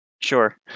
Sure